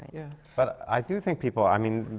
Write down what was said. yeah but i do think people i mean,